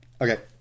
Okay